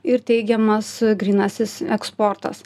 ir teigiamas grynasis eksportas